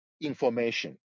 information